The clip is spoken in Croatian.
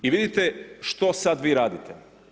I vidite što sad vi radite.